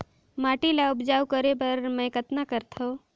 माटी ल उपजाऊ करे बर मै कतना करथव?